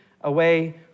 away